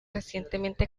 recientemente